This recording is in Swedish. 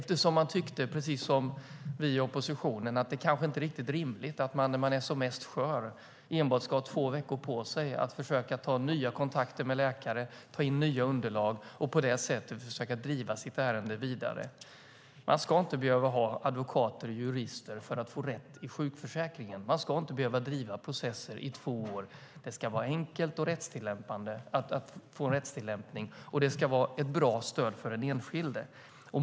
De tyckte, precis som vi i oppositionen, att det kanske inte är riktigt rimligt att man, när man är som mest skör, enbart ska ha två veckor på sig att försöka ta nya kontakter med läkare och ta in nya underlag och på det sättet försöka driva sitt ärende vidare. Man ska inte behöva ha advokater och jurister för att få rätt i sjukförsäkringen. Man ska inte behöva driva processer i två år. Det ska vara enkelt att få en rättstillämpning, och det ska vara ett bra stöd för den enskilde.